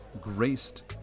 graced